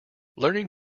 learning